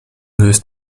löst